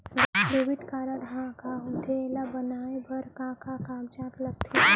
Debit card ह का होथे एला बनवाए बर का का कागज लगथे?